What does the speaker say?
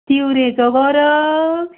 तिवरेचो गौरक्ष